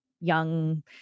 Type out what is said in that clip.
young